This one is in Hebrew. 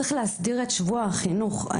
צריך להסדיר את שבוע החינוך,